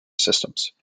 systems